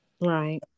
right